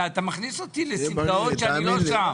אתה מכניס אותי לסמטאות שאני לא בהן.